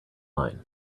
line